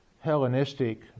hellenistic